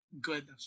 good